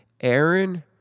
Aaron